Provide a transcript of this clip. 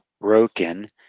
broken